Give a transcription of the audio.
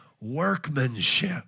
workmanship